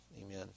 Amen